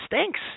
stinks